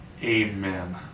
Amen